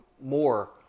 more